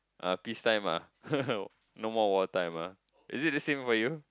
ah peace time ah no more war time ah is it the same for you